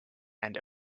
and